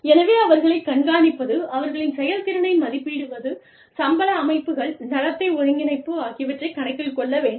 எனவே அவர்களை கண்காணிப்பது அவர்களின் செயல்திறனை மதிப்பீடுவது சம்பள அமைப்புகள் நடத்தை ஒருங்கிணைப்பு ஆகியவற்றை கணக்கில் கொள்ள வேண்டும்